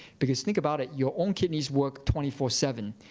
because think about it. your own kidneys work twenty four seven.